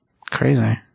Crazy